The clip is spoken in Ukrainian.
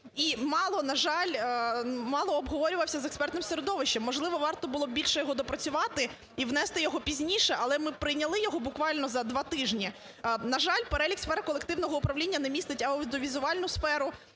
і мало, на жаль, мало обговорювався з експертним середовищем. Можливо, варто було б більше його доопрацювати і внести його пізніше, але ми прийняли його буквально за два тижні. На жаль, перелік сфер колективного управління не містить аудіовізуальну сферу